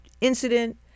incident